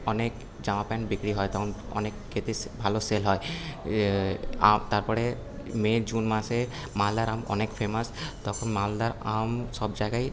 অনেক জামা প্যান্ট বিক্রি হয় তখন অনেক ক্ষেত্রে ভালো সেল হয় আর তারপরে মে জুন মাসে মালদার আম অনেক ফেমাস তখন মালদার আম সব জায়গায়